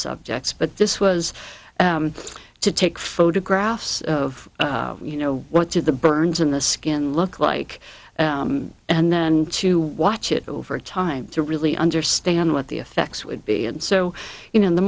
subjects but this was to take photographs of you know what did the burns in the skin look like and then to watch it over time to really understand what the effects would be and so you know the